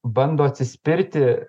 bando atsispirti